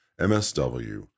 MSW